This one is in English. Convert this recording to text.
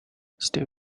steel